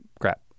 crap